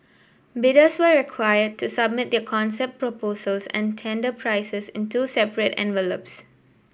bidders were required to submit their concept proposals and tender prices in two separate envelopes